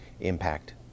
impact